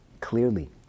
clearly